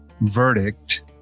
verdict